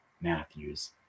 Matthews